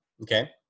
okay